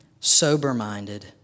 Sober-minded